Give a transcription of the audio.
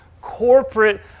corporate